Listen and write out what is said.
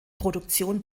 produktion